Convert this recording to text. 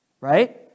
right